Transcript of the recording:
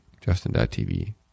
Justin.TV